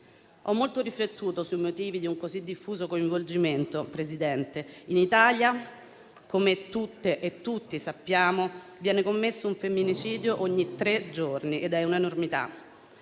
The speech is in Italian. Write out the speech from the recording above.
Ho molto riflettuto sui motivi di un così diffuso coinvolgimento, signora Presidente. In Italia, come tutte e tutti sappiamo, viene commesso un femminicidio ogni tre giorni ed è una enormità.